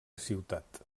ciutat